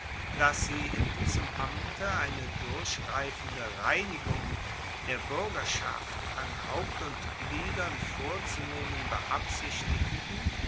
dass sie in diesem amte eine durchgreifende reinigung der buergerschaft an haupt und gliedern vorzunehmen beabsichtigten